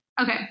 Okay